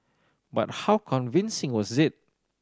but how convincing was it